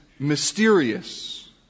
mysterious